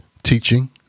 teaching